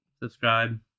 Subscribe